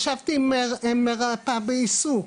ישבתי עם מרפאה בעיסוק,